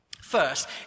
First